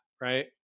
right